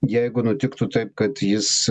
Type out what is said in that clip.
jeigu nutiktų taip kad jis